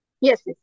Yes